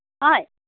হয়